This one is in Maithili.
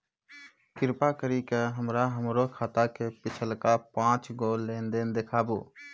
कृपा करि के हमरा हमरो खाता के पिछलका पांच गो लेन देन देखाबो